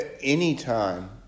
anytime